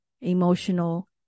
emotional